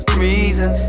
reasons